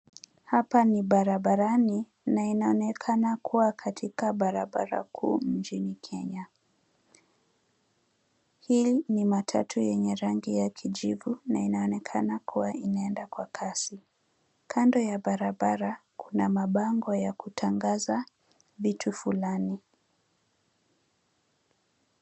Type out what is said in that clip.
Hapa ni barabarani na inaonekana kuwa katika barabara kuu mjini Kenya. Hili ni matatu yenye rangi ya kijivu na inaonekana kuwa inaenda kwa kasi. Kando ya barabara kuna mabango ya kutangaza vitu fulani.